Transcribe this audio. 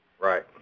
Right